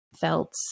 felt